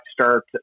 start